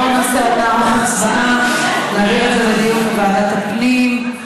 בואו נערוך הצבעה להעביר את זה לדיון בוועדת הפנים.